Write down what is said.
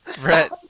Brett